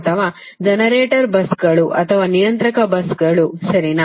ಅಥವಾ ಜನರೇಟರ್ ಬಸ್ಸುಗಳು ಅಥವಾ ನಿಯಂತ್ರಕ ಬಸ್ಸುಗಳು ಸರಿನಾ